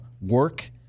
work